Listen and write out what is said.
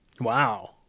Wow